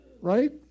right